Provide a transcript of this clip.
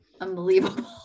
Unbelievable